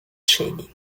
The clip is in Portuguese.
cheguem